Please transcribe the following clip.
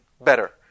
better